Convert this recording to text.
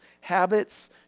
habits